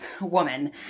woman